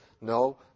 No